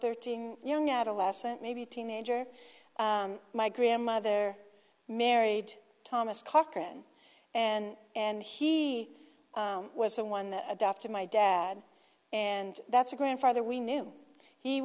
thirteen you know adolescent maybe teenager my grandmother married thomas cochran and and he was someone that adopted my dad and that's a grandfather we knew he